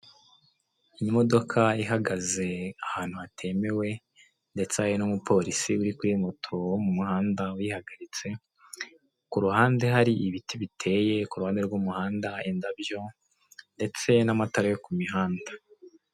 Imodoka ihagaze ahantu hatemewe ndetse hari n'umupolisi uri kuri moto wo mumuhanda uyihagaritse, kuruhande hari ibiti biteye, kuruhande rw'umuhanda indabyo, ndetse n'amatara yo ku mihanda.